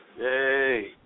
Yay